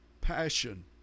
passion